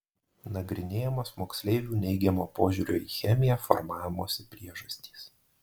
nagrinėjamos moksleivių neigiamo požiūrio į chemiją formavimosi priežastys